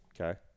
Okay